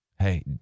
Hey